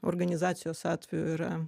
organizacijos atveju yra